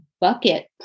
bucket